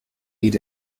aid